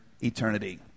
Eternity